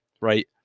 right